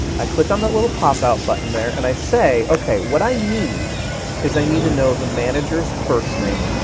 i click on that little pop-out button there and i say okay, what i need is i need to know the manager's first name,